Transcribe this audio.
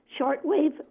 shortwave